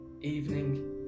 Evening